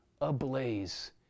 ablaze